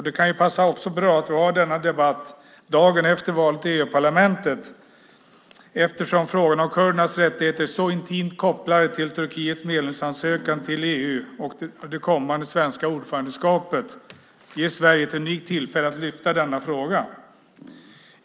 Det kan också passa bra att vi har denna debatt dagen efter valet till EU-parlamentet eftersom frågorna om kurdernas rättigheter är så intimt kopplade till Turkiets medlemsansökan till EU. Det kommande svenska ordförandeskapet ger Sverige ett unikt tillfälle att lyfta denna fråga.